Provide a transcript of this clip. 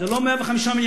זה לא 5 מיליארד.